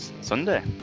Sunday